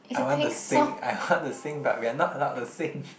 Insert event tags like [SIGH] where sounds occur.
I want to sing I [LAUGHS] want to sing but we are not allowed to sing